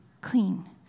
clean